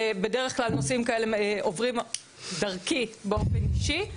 בדרך כלל נושאים כאלה עוברים דרכי, באופן אישי.